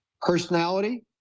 personality